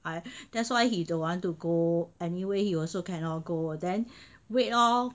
I that's why he don't want to go anyway you also cannot go then wait lor